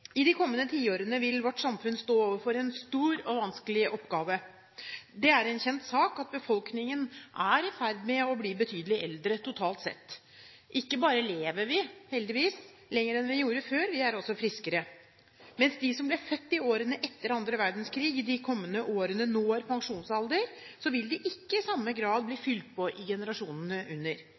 I de kommende tiårene vil vårt samfunn stå overfor en stor og vanskelig oppgave. Det er en kjent sak at befolkningen er i ferd med å bli betydelig eldre, totalt sett, og ikke bare lever vi – heldigvis – lenger enn vi gjorde før, men vi er også friskere. Mens de som ble født i årene etter annen verdenskrig, i de kommende årene når pensjonsalder, vil det ikke i samme grad bli fylt på i generasjonene under.